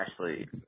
Ashley